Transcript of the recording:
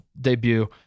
debut